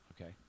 Okay